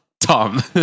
Tom